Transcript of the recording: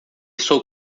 sou